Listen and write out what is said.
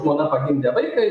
žmona pagimdė vaiką